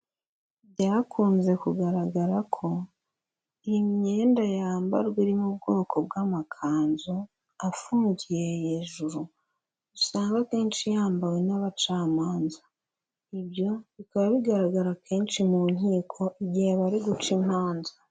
Byakunze kugaragara ko iyi myenda yambarwa irimo ubwoko bw'amakanzu afungiye hejuru, usanga akenshi yambawe n'abacamanza, ibyo bikaba bigaragara kenshi mu nkiko igihe bari guca imanza.